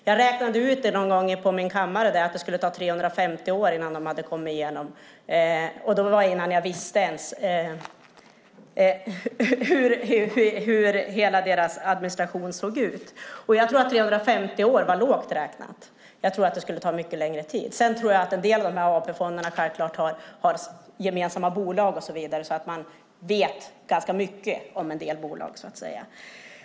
Jag räknade ut någon gång på min kammare att det skulle ta 350 år innan de hade kommit igenom alla företag, och det var innan jag ens visste hur hela deras administration såg ut. Jag tror dessutom att 350 år var lågt räknat. Jag tror att det skulle ta mycket längre tid. En del av AP-fonderna tror jag har gemensamma bolag, så att man vet ganska mycket om en del bolag.